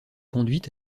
conduit